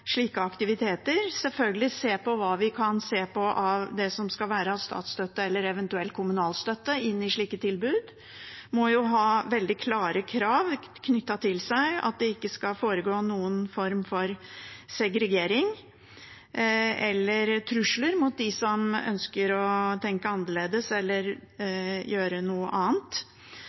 se på det som skal være statsstøtte eller eventuelt kommunal støtte til slike tilbud. Slike tilbud må jo ha veldig klare krav knyttet til seg om at det ikke skal foregå noen form for segregering eller trusler mot dem som ønsker å tenke annerledes eller gjøre noe annet.